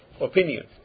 opinion